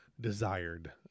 desired